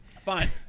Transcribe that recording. Fine